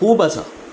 खूब आसा